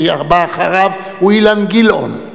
כי הבא אחריו הוא אילן גילאון.